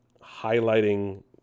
highlighting